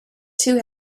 two